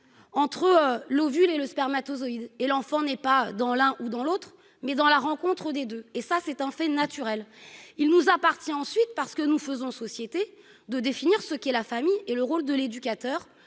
entre l'ovule et le spermatozoïde : l'enfant n'est ni dans l'un ni dans l'autre, mais dans la rencontre des deux. C'est un fait naturel ! Il nous appartient, parce que nous faisons société, de définir ce que sont la famille et le rôle des éducateurs,